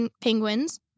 penguins